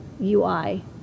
UI